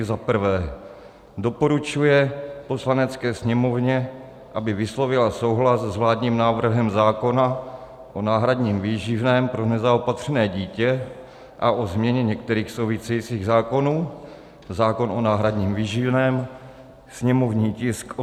1. doporučuje Poslanecké sněmovně, aby vyslovila souhlas s vládním návrhem zákona o náhradním výživném pro nezaopatřené dítě a o změně některých souvisejících zákonů, zákon o náhradním výživném, sněmovní tisk 898;